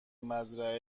مزرعه